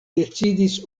decidis